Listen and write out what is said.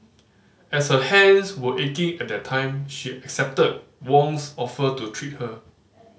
as her hands were aching at that time she accepted Wong's offer to treat her